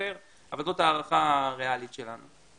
אבל זו ההערכה הריאלית שלנו.